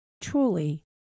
truly